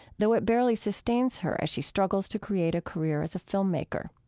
though it barely sustains her as she struggles to create a career as a filmmaker.